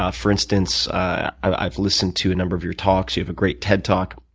ah for instance, i've listened to a number of your talks. you have a great ted talk.